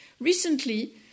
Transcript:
Recently